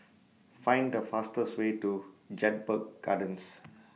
Find The fastest Way to Jedburgh Gardens